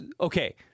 Okay